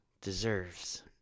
Deserves